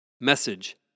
Message